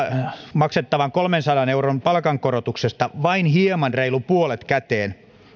maksettavasta kolmensadan euron palkankorotuksesta vain hieman reilu puolet käteen